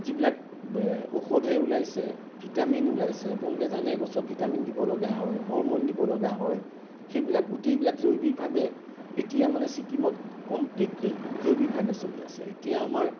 যিবিলাক ঔষধে ওলাইছে ভিটামিন ওলাইছে আপোনালোকে জানে গছত ভিটামিন দিবলগা হয় হৰম'ন দিবলগা হয় সেইবিলাক গোটেইবিলাক জৈৱিকভাৱে এতিয়া মানে ছিকিমত কমপ্লিটলি জৈৱিকভাৱে চলি আছে এতিয়া আমাৰ